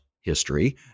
history